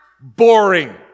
Boring